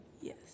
Yes